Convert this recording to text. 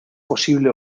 posible